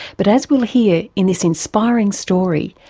but as we'll hear in this inspiring story,